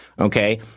Okay